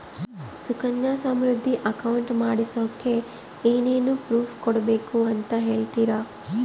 Sukanya Samriddhi account ಮಾಡಿಸೋಕೆ ಏನೇನು proof ಕೊಡಬೇಕು ಅಂತ ಹೇಳ್ತೇರಾ?